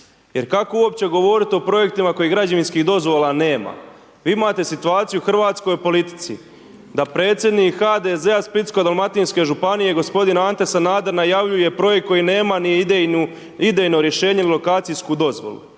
jer kako uopće govorit o projektima koji građevinskih dozvola nema. Vi imate situaciju u hrvatskoj politici da predsjednik HDZ-a splitsko-dalmatinske županije g. Ante Sanader najavljuje projekt koji nema ni idejno rješenje lokacijsku dozvolu